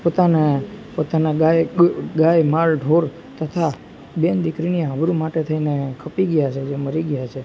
પોતાનો પોતાના ગાય ગાય માલ ઢોર તથા બેન દીકરીની આબરૂ માટે થઈને ખપી ગયાં છે જે મરી ગયાં છે